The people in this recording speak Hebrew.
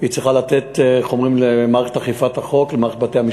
צריכה לתת למערכת אכיפת החוק,